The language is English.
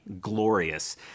glorious